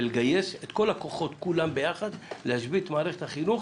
ונגייס את כל הכוחות ביחד להשבית את מערכת החינוך